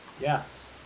yes